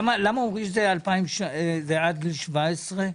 למה עד 17?